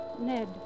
Ned